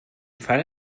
fall